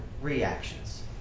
Reactions